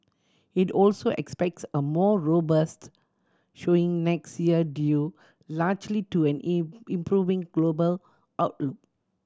it also expects a more robust showing next year due largely to an improving global outlook